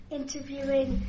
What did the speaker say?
interviewing